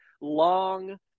long